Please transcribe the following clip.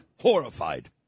horrified